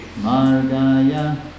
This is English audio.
margaya